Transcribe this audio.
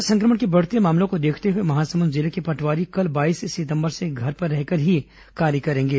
corona संक्रमण के बढ़ते मामलों को देखते हुए महासमुंद जिले के पटवारी कल बाईस सितंबर से घर पर रहकर ही कार्य करेंगे